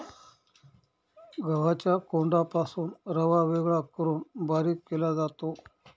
गव्हाच्या कोंडापासून रवा वेगळा करून बारीक केला जातो